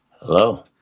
Hello